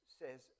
says